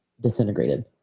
disintegrated